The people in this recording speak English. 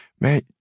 man